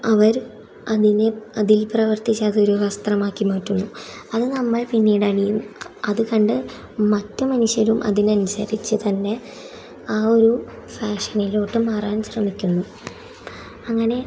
അവർ അതിനെ അതിൽ പ്രവർത്തിച്ച് അതൊരു വസ്ത്രമാക്കി മാറ്റുന്നു അത് നമ്മൾ പിന്നീട് അണിയും അത് കണ്ട് മറ്റു മനുഷ്യരും അതിനനുസരിച്ച് തന്നെ ആ ഒരു ഫാഷനിലോട്ട് മാറാനും ശ്രമിക്കുന്നു അങ്ങനെ